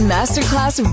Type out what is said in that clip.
Masterclass